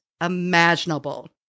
imaginable